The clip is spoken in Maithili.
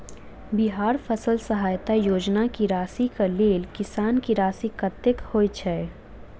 बिहार फसल सहायता योजना की राशि केँ लेल किसान की राशि कतेक होए छै?